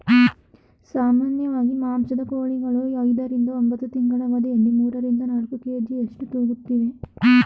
ಸಾಮಾನ್ಯವಾಗಿ ಮಾಂಸದ ಕೋಳಿಗಳು ಐದರಿಂದ ಒಂಬತ್ತು ತಿಂಗಳ ಅವಧಿಯಲ್ಲಿ ಮೂರರಿಂದ ನಾಲ್ಕು ಕೆ.ಜಿಯಷ್ಟು ತೂಗುತ್ತುವೆ